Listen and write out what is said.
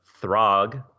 throg